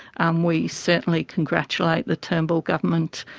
um we certainly congratulate the turnbull government,